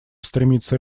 стремится